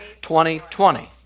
2020